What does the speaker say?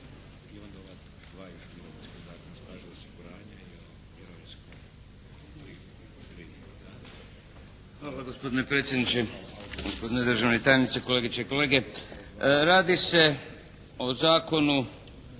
Hvala gospodine predsjedniče. Gospodine državni tajniče, kolegice i kolege. Radi se o Zakonu